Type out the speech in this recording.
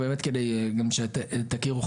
גם שתכירו,